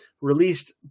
released